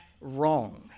wrong